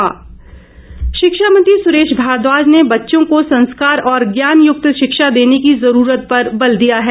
सुरेश भारद्वाज शिक्षा मंत्री सुरेश भारद्वाज ने बच्चों को संस्कार और ज्ञान युक्त शिक्षा देने की जरूरत पर बल दिया है